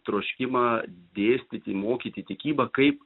troškimą dėstyti mokyti tikybą kaip